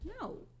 No